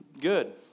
Good